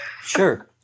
sure